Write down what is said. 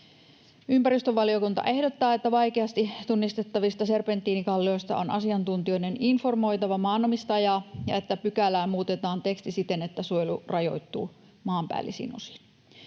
Ympäristövaliokunta ehdottaa, että vaikeasti tunnistettavista serpentiinikallioista on asiantuntijoiden informoitava maanomistajaa ja että pykälässä muutetaan tekstiä siten, että suojelu rajoittuu maanpäällisiin osiin.